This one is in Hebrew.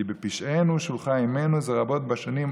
כי בפשענו שֻׁלחה אימנו זה רבות בשנים,